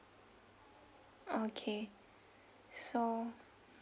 okay so